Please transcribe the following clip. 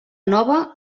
nova